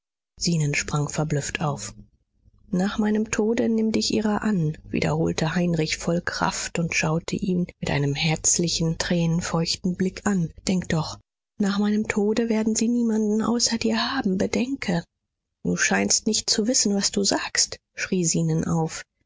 zenon sprang verblüfft auf nach meinem tode nimm dich ihrer an wiederholte heinrich voll kraft und schaute ihn mit einem herzlichen tränenfeuchten blick an denk doch nach meinem tode werden sie niemanden außer dir haben bedenke du scheinst nicht zu wissen was du sagst schrie zenon auf